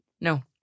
No